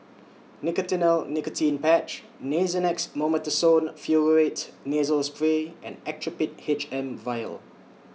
Nicotinell Nicotine Patch Nasonex Mometasone Furoate Nasal Spray and Actrapid H M Vial